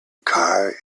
car